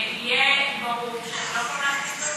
יהיה ברור שהם לא יכולים להכניס את